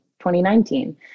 2019